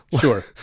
Sure